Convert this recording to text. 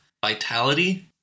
Vitality